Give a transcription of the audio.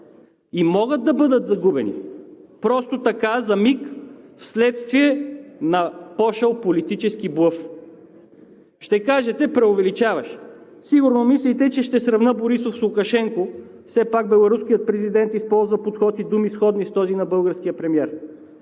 и могат да бъдат загубени просто така, за миг, вследствие на пошъл политически блъф. Ще кажете: преувеличаваш. Сигурно мислите, че ще сравня Борисов с Лукашенко – все пак беларуският президент използва подход и думи, сходни с този на българския премиер,